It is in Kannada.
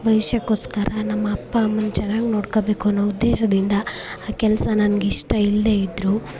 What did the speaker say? ಭವಿಷ್ಯಕೋಸ್ಕರ ನಮ್ಮ ಅಪ್ಪ ಅಮ್ಮನ್ನ ಚೆನ್ನಾಗಿ ನೋಡ್ಕೋಬೇಕು ಅನ್ನೊ ಉದ್ದೇಶದಿಂದ ಆ ಕೆಲಸ ನನ್ಗೆ ಇಷ್ಟ ಇಲ್ಲದೇ ಇದ್ದರೂ